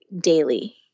daily